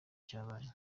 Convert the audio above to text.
cyabaye